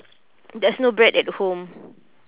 there's no bread at home